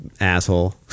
Asshole